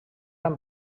amb